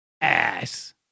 ass